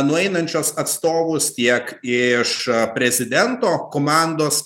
nueinančios atstovus tiek iš prezidento komandos